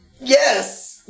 Yes